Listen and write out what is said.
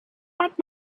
but